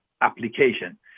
application